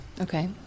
Okay